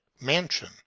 mansion